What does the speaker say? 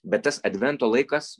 bet tas advento laikas